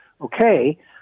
Okay